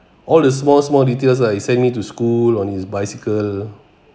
all the small small details lah he sent me to school on his bicycle